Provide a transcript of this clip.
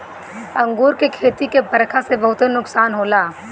अंगूर के खेती के बरखा से बहुते नुकसान होला